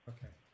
Okay